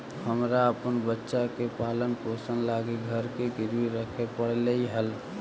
हमरा अपन बच्चा के पालन पोषण लागी घर के गिरवी रखे पड़लई हल